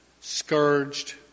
scourged